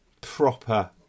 proper